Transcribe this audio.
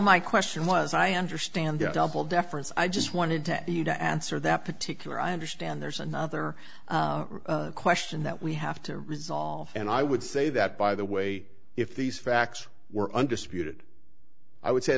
my question was i understand double deference i just wanted to you to answer that particular i understand there's another question that we have to resolve and i would say that by the way if these facts were undisputed i would say